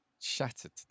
shattered